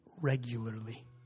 regularly